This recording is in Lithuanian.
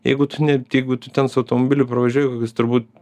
jeigu tu net jeigu tu ten su automobiliu pravažiuoji kokius turbūt